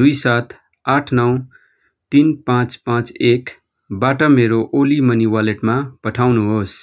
दुई सात आठ नौ तिन पाँच पाँच एकबाट मेरो ओली मनी वालेटमा पठाउनुहोस्